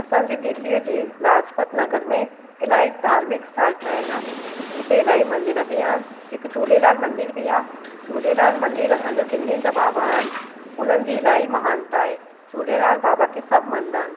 असांजे दिल्लीअ जे लाजपत नगर में इलाही धार्मिक स्थानु ठहियल आहिनि हिते इलाही मंदिर बि आहिनि हिकु झूलेलाल मंदिर बि आहे झूलेलाल मंदिर असांजे सिंधियुनि जा बाबा आहिनि हुननि जी इलाही महानता ए झूलेलाल बाबा खे सभु मञदा आहिनि